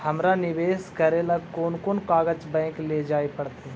हमरा निवेश करे ल कोन कोन कागज बैक लेजाइ पड़तै?